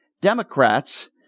Democrats